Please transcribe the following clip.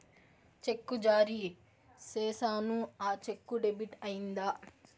చెక్కు జారీ సేసాను, ఆ చెక్కు డెబిట్ అయిందా